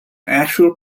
actual